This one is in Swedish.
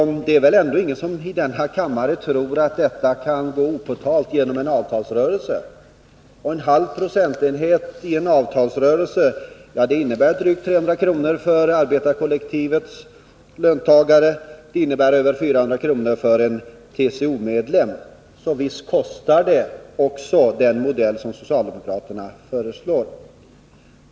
Men det är väl ingen i denna kammare som tror att det kan passera opåtalat i en avtalsrörelse. 0,5 20 i det sammanhanget innebär drygt 300 kr. för arbetarkollektivets löntagare och över 400 kr. för en TCO-medlem. Så visst kostar också den modell som socialdemokraterna föreslår.